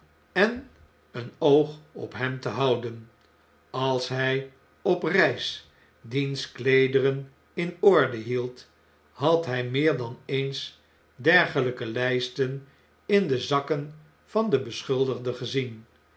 en een oog ophemte houden als hy op reis diens kleederen in orde hield had hij meer dan eens dergeiyke lijsten in de zakken van den beschuldigde gezien